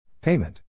Payment